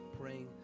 praying